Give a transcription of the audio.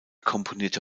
komponierte